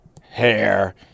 hair